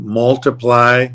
multiply